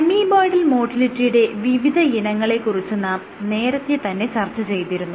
amoeboidal മോട്ടിലിറ്റിയുടെ വിവിധയിനങ്ങളെ കുറിച്ച് നാം നേരത്തെ തന്നെ ചർച്ച ചെയ്തിരുന്നു